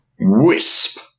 WISP